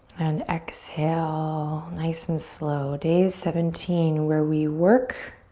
and exhale nice and slow. days seventeen where we work